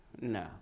No